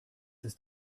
ist